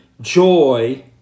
joy